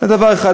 זה דבר אחד.